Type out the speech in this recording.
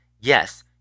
Yes